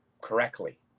correctly